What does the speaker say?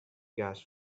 gas